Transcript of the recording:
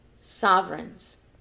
sovereigns